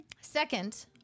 Second